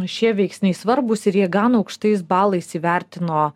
šie veiksniai svarbūs ir jie gan aukštais balais įvertino